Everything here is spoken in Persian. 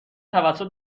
توسط